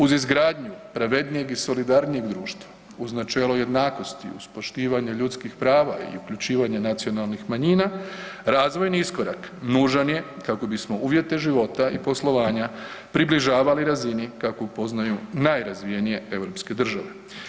Uz izgradnju pravednijeg i solidarnijeg društva, uz načelo jednakosti, uz poštivanje ljudskih prava i uključivanja nacionalnih manjina razvojni iskorak nužan je kako bismo uvjete života i poslovanja približavali razini kakvu poznaju najrazvijenije europske države.